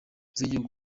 z’igihugu